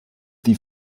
the